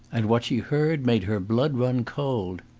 and what she heard made her blood run cold.